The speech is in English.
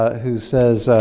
who says,